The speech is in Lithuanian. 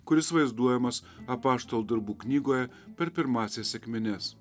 kuris vaizduojamas apaštalų darbų knygoje per pirmąsias sekmines